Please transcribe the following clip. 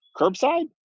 curbside